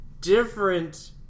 different